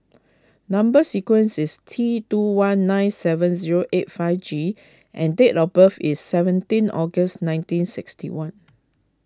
Number Sequence is T two one nine seven zero eight five G and date of birth is seventeen August ninteen sixty one